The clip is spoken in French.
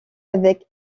avec